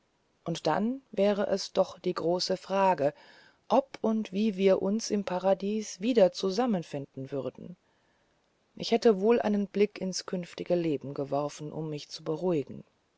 und dann wäre es doch die große frage ob und wie wir uns im paradiese wieder zusammen finden würden ich hätte wohl einen blick ins künftige leben geworfen um mich zu beruhigen